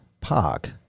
Park